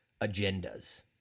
agendas